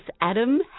Adam